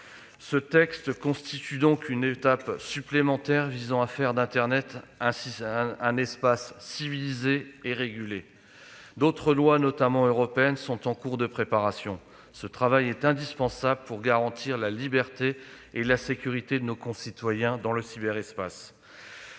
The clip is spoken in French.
Ce texte constitue donc une étape supplémentaire visant à faire d'internet un espace civilisé et régulé. D'autres lois, notamment européennes, sont en cours de préparation. Ce travail est indispensable pour garantir la liberté et la sécurité de nos concitoyens dans le cyberespace.